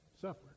suffer